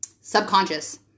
subconscious